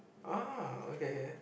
ah okay okay